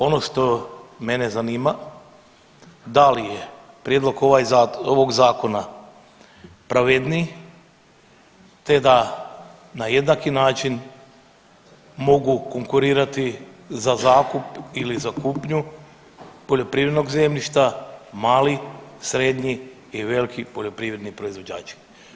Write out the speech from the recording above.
Ono što mene zanima da li je prijedlog ovog zakona pravedniji te da na jednaki način mogu konkurirati za zakup ili za kupnju poljoprivrednog zemljišta mali, srednji i veliki poljoprivredni proizvođači?